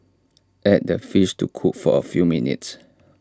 add the fish to cook for A few minutes